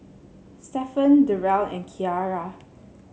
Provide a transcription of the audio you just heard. Stephen Derrell and Kiarra